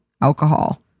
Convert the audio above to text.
alcohol